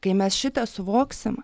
kai mes šitą suvoksim